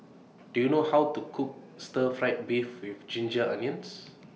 Do YOU know How to Cook Stir Fried Beef with Ginger Onions